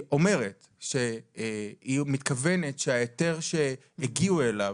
אומרת שהיא מתכוונת שההיתר שהגיעו אליו,